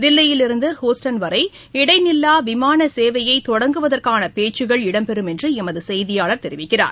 தில்லியிலிருந்து ஹூஸ்டன் வரை இடைநில்லா விமான சேவையை தொடங்குவதற்கான பேச்சுக்கள் இடம்பெறும் என்று எமது செய்தியாளர் தெரிவிக்கிறார்